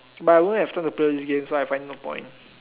but I won't have time to play these games so I find no point